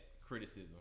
criticism